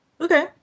okay